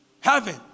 heaven